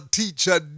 teacher